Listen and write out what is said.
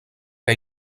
que